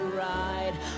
ride